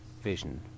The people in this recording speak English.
vision